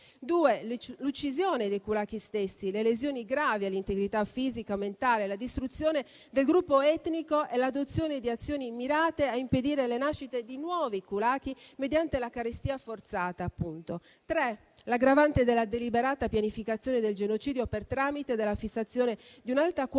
l'uccisione dei *kulaki* stessi, le lesioni gravi all'integrità fisica, mentale e la distruzione del gruppo etnico e l'adozione di azioni mirate a impedire le nascite di nuovi *kulaki* mediante la carestia forzata; ancora, l'aggravante della deliberata pianificazione del genocidio per tramite della fissazione di un'alta quota